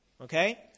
okay